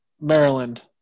Maryland